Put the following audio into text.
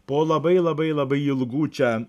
po labai labai labai ilgų čia